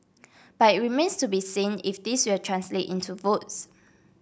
but it remains to be seen if this will translate into votes